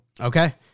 okay